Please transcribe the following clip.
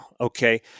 okay